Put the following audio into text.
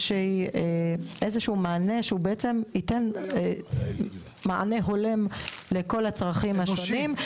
איזשהו מענה שבעצם ייתן מענה הולם לכל הצרכים השונים.